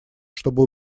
чтобы